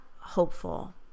hopeful